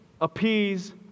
appease